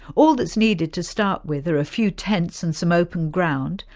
all that's needed to start with are a few tents, and some open ground,